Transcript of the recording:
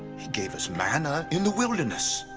gave us manna in the wilderness.